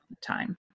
time